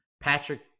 Patrick